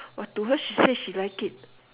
but to her she say she like it